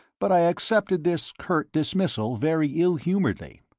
but i accepted this curt dismissal very ill-humouredly.